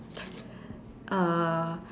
err